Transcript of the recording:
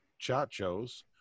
chachos